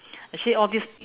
actually all these